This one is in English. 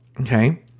okay